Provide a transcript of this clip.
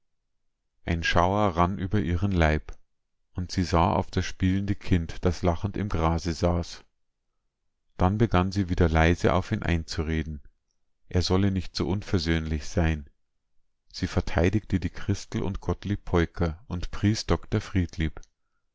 ein schauer rann über ihren leib und sie sah auf das spielende kind das lachend im grase saß dann begann sie wieder leise auf ihn einzureden er solle nicht unversöhnlich sein sie verteidigte die christel und gottlieb peuker und pries dr friedlieb